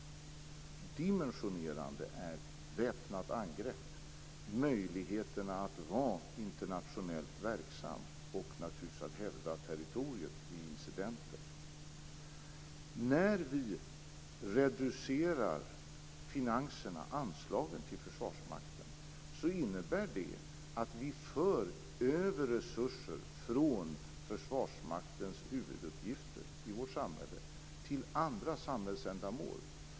Det dimensionerande gäller väpnat angrepp, möjligheterna att vara internationellt verksam och naturligtvis att hävda territoriet vid incidenter. När vi reducerar finanserna och anslagen till Försvarsmakten innebär det att vi för över resurser från Försvarsmaktens huvuduppgifter i vårt samhälle till andra samhällsändamål.